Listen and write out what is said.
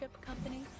company